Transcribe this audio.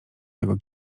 tego